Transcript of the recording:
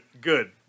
good